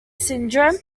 syndrome